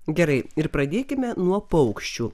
gerai ir pradėkime nuo paukščių